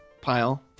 pile